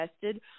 tested